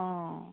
অ